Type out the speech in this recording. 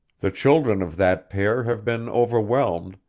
the children of that pair have been overwhelmed,